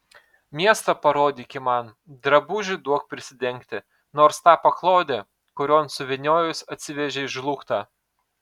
miestą parodyki man drabužį duok prisidengti nors tą paklodę kurion suvyniojus atsivežei žlugtą